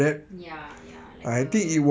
ya ya like uh